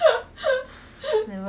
just a friend